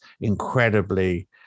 incredibly